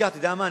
אתה יודע מה,